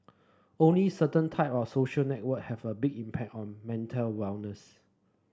only certain type of social network have a big impact on mental wellness